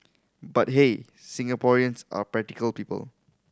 but hey Singaporeans are practical people